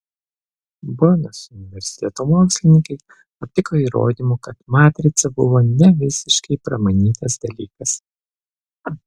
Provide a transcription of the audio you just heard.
bonos universiteto mokslininkai aptiko įrodymų kad matrica buvo ne visiškai pramanytas dalykas